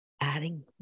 Adding